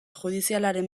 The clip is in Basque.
judizialaren